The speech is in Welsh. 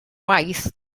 waith